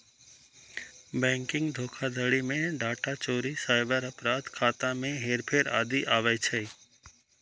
banking धोखाधड़ी मे data चोरी, साइबर अपराध, खाता मे हेरफेर आदि आबै छै